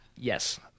Yes